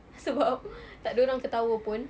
sebab tak ada orang ketawa pun